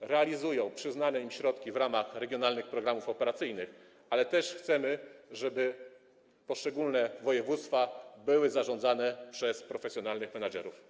realizują przyznane im środki w ramach regionalnych programów operacyjnych, ale też chcemy, żeby poszczególne województwa były zarządzane przez profesjonalnych menadżerów.